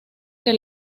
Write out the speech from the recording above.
que